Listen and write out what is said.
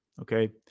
Okay